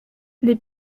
les